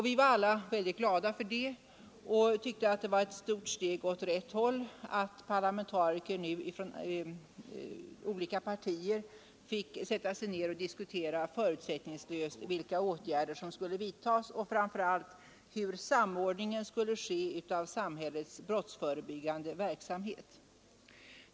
Vi var alla väldigt glada härför och tyckte att det var ett stort steg åt rätt håll att parlamentariker från olika partier fick diskutera förutsättningslöst vilka åtgärder som borde vidtas och framför allt hur samordningen skulle ske av samhällets brottsförebyggande verksamhet.